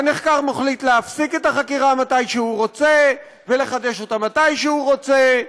הנחקר מחליט להפסיק את החקירה מתי שהוא רוצה ולחדש אותה מתי שהוא רוצה.